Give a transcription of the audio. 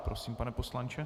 Prosím, pane poslanče.